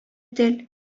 тел